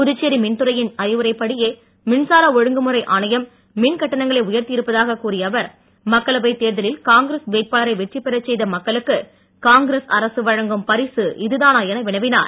புதுச்சேரி மின்துறையின் அறிவுரைப் படியே மின்சார ஒழுங்குமுறை ஆணையம் மின் கட்டணங்களை உயர்த்தி இருப்பதாக கூறிய அவர் மக்களவை தேர்தலில் காங்கிரஸ் வேட்பாளரை வெற்றி பெறச் செய்த மக்களுக்கு காங்கிரஸ் அரசு வழங்கும் பரிசு இதுதானா என வினவினார்